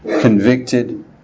convicted